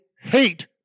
hate